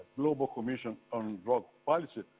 global commission on drug policies,